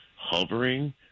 hovering